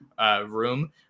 room